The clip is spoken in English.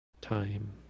time